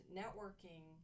networking